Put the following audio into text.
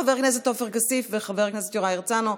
חבר הכנסת עופר כסיף וחבר הכנסת יוראי הרצנו,